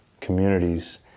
communities